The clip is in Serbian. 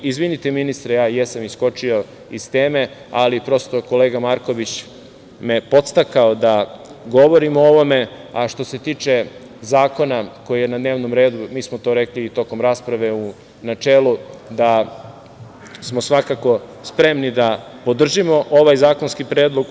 Izvinite ministre, ja jesam iskočio iz teme, ali kolega Marković me je podstakao da govorim o ovome, a što se tiče zakona koji je na dnevnom redu, mi smo to rekli i tokom rasprave u načelu da smo svakako spremni da podržimo ovaj zakonski predlog.